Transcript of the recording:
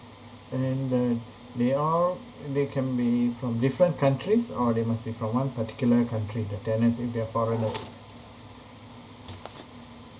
and uh they all uh they can be from different countries or they must be from one particular country that tenants if they're foreigners